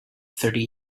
thirty